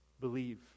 Believe